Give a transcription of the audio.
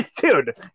Dude